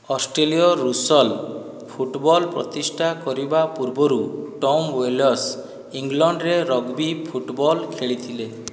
ଅଷ୍ଟ୍ରେଲୀୟ rules football ପ୍ରତିଷ୍ଠା କରିବା ପୂର୍ବରୁ ଟମ୍ ୱିଲ୍ସ ଇଂଲଣ୍ଡରେ ରଗ୍ବି ଫୁଟବଲ୍ ଖେଳିଥିଲେ